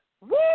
woo